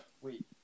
Wait